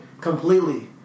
completely